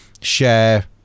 share